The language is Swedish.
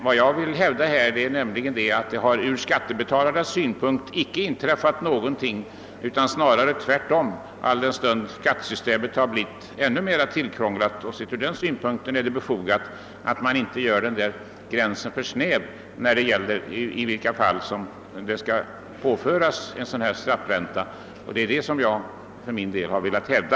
Jag hävdar emellertid att det inte har blivit lättare för skattebetalarna att beräkna skatten, utan snarare tvärtom, alldenstund skattesystemet blivit ännu mer tillkrånglat. Från den synpunkten är det befogat att inte göra gränsen för snäv för de belopp vid vilka straffränta skall påföras, och det är vad jag har velat hävda.